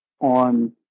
on